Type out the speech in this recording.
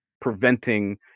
preventing